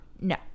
No